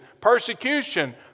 persecution